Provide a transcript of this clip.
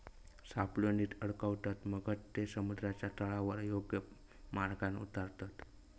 सापळो नीट अडकवतत, मगच ते समुद्राच्या तळावर योग्य मार्गान उतारतत